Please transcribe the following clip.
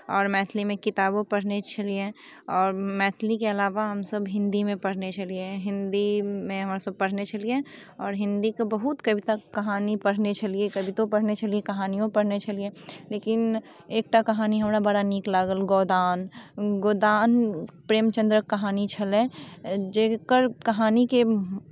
आओर मैथिलीमे किताबो पढ़ने छलियै आओर मैथिलीके अलावा हमसभ हिंदीमे पढ़ने छलियै हिंदीमे हमसभ पढ़ने छलियै आओर हिंदीके बहुत कविता कहानी पढ़ने छलियै कवितो पढ़ने छलियै कहानियो पढ़ने छलियै लेकिन एकटा कहानी हमरा बड़ा नीक लागल गोदान गोदान प्रेमचन्द्रक कहानी छलै जकर कहानीके